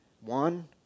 One